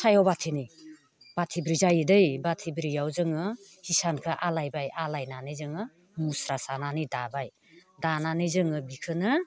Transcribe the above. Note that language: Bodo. सायाव बाथिनै बाथिब्रै जायोदै बाथिब्रैयाव जोङो हिसानखौ आलायबाय आलायनानै जोङो मुस्रा सानानै दाबाय दानानै जोङो बेखौनो